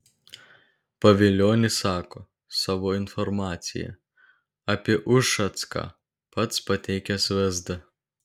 pavilionis sako savo informaciją apie ušacką pats pateikęs vsd